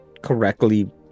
correctly